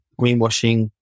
greenwashing